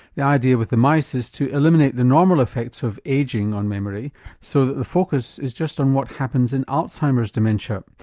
the idea with the mice is to eliminate the normal effects of ageing on memory so that the focus is just on what happens in alzheimer's dementia.